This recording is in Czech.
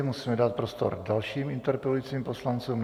Musíme dát prostor dalším interpelujícím poslancům.